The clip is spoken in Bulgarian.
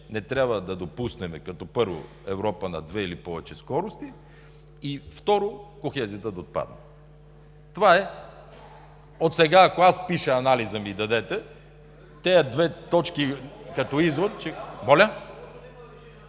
не трябва да допуснем, първо, Европа на две или повече скорости и, второ, кохезията да отпадне. Това е. Отсега, ако аз пиша – анализът ми го дадете, тези две точки, като извод ще…